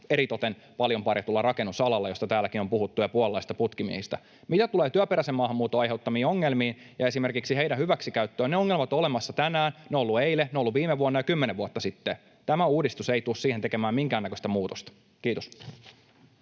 eritoten paljon parjatulla rakennusalalla, josta täälläkin on puhuttu — ja puolalaisista putkimiehistä. Mitä tulee työperäisen maahanmuuton aiheuttamiin ongelmiin ja esimerkiksi hyväksikäyttöön, ne ongelmat ovat olemassa tänään, ne ovat olleet eilen, ne ovat olleet viime vuonna ja kymmenen vuotta sitten. Tämä uudistus ei tule siihen tekemään minkäännäköistä muutosta. — Kiitos.